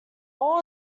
all